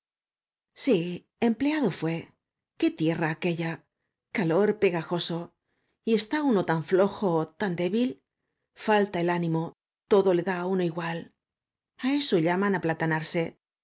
sí empleado fué qué tierra aquella calor pegajoso y está uno tan flojo tan débil falta el ánimo todo le da á uno igual a eso llaman aplatanarse